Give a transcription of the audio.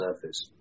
surface